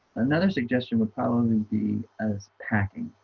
another suggestion would probably be as packing,